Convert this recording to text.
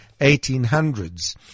1800s